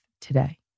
today